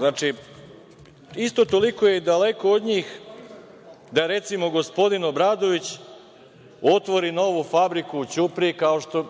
a isto toliko je daleko od njih da, recimo, gospodin Obradović otvori novu fabriku u Ćupriji, kao što